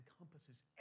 encompasses